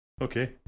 Okay